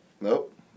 nope